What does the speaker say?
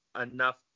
enough